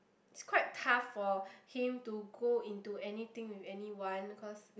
it's quite tough for him to go into anything with anyone because